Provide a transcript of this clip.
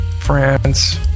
France